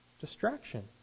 distraction